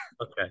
Okay